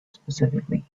specifically